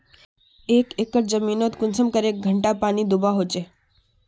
एक एकर जमीन नोत कुंसम करे घंटा पानी दुबा होचए?